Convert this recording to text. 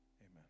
Amen